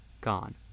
gone